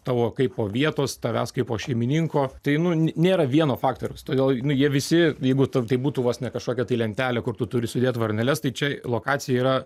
tavo kaipo vietos tavęs kaipo šeimininko tai nu nėra vieno faktoriaus todėl jie visi jeigu ten tai būtų vos ne kažkokia tai lentelė kur tu turi sudėti varneles tai čia lokacija yra